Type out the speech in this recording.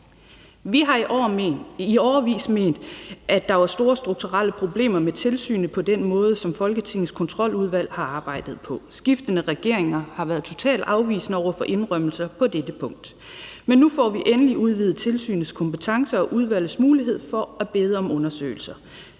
Vi har i årevis ment, at der var store strukturelle problemer med tilsynet på den måde, som Folketingets Kontroludvalg har arbejdet på. Skiftende regeringer har været totalt afvisende over for indrømmelser på dette punkt, men nu får vi endelig udvidet tilsynets kompetencer og udvalgets mulighed for at bede om undersøgelser.